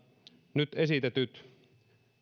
nyt esitetyt